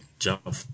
Jump